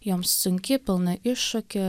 joms sunki pilna iššūkių